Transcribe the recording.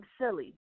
silly